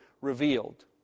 revealed